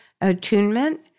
attunement